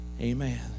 Amen